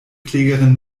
klägerin